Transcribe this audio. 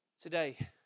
today